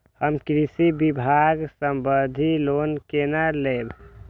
हम कृषि विभाग संबंधी लोन केना लैब?